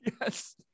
Yes